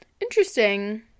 Interesting